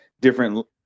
different